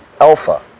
alpha